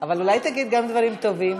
אבל אולי תגיד גם דברים טובים?